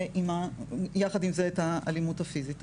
ויחד עם זה את האלימות הפיזית.